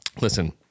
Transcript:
Listen